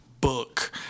book